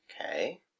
Okay